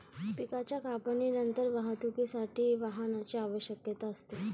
पिकाच्या कापणीनंतरच्या वाहतुकीसाठी वाहनाची आवश्यकता असते